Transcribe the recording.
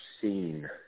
seen